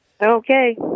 Okay